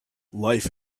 life